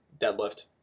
deadlift